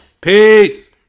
Peace